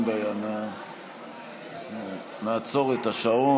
אין בעיה, אנחנו נעצור את השעון.